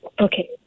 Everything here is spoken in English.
Okay